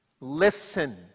Listen